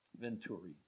Venturi